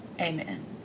amen